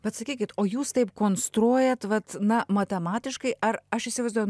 bet sakykit o jūs taip konstruojate vat na matematiškai ar aš įsivaizduoju